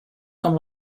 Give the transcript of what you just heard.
com